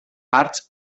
parts